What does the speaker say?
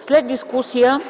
След дискусия